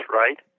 right